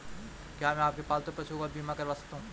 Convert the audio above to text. क्या मैं अपने पालतू पशुओं का बीमा करवा सकता हूं?